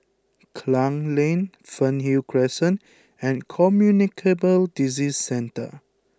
Klang Lane Fernhill Crescent and Communicable Disease Centre